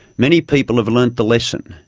many people have learnt the lesson.